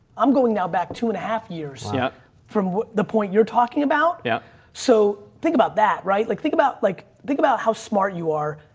i'm going now back two and a half years yeah from the point you're talking about. yeah so think about that, right? like think about like, think about how smart you are.